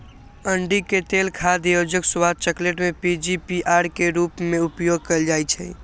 अंडिके तेल खाद्य योजक, स्वाद, चकलेट में पीजीपीआर के रूप में उपयोग कएल जाइछइ